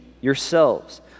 yourselves